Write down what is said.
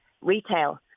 retail